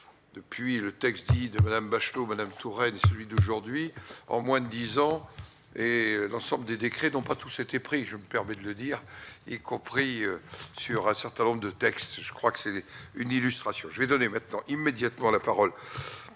depuis le textile de Madame Bachelot Madame Touraine, celui d'aujourd'hui, au moins 10 ans et l'ensemble des décrets dont pas tous été pris, je me permets de le dire et compris. Sur un certain nombre de textes, je crois que c'est une illustration, je vais donner maintenant immédiatement la parole